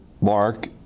Mark